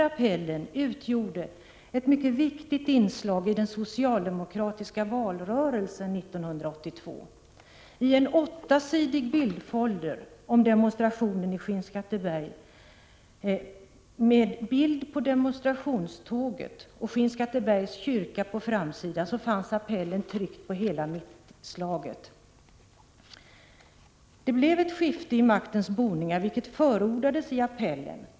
Appellen utgjorde ett mycket viktigt inslag i den socialdemokratiska valrörelsen 1982. I en åttasidig bildfolder om demonstrationen i Skinnskatteberg, med bild på demonstrationståget och Skinnskattebergs kyrka på framsidan, fanns appellen tryckt på hela mittuppslaget. Det blev ett skifte i maktens boningar, vilket förordades i appellen.